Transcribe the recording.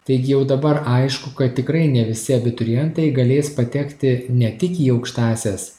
taigi jau dabar aišku kad tikrai ne visi abiturientai galės patekti ne tik į aukštąsias